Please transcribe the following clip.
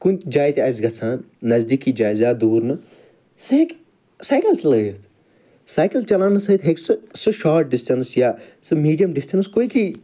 کُنہ جایہِ تہِ آسہِ گَژھان نَزدیٖکی جایہِ زیاد دوٗر نہٕ سُہ ہیٚکہِ سایکَل چَلٲوِتھ سایکَل چَلاونہٕ سۭتۍ ہیٚکہِ سُہ سۄ شارٹ ڈِسٹیٚنٕس یا سۄ میٖڈیَم ڈِسٹیٚنٕس کُیِکلی